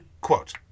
Quote